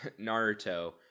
Naruto